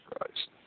Christ